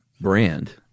brand